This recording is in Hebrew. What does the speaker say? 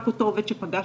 רק אותו עובד שהם פגשו.